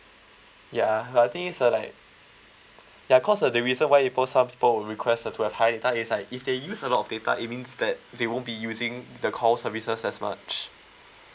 ya I think it's uh like ya cause uh the reason why people some people will request uh to have high data is like if they use a lot of data it means that they won't be using the call services as much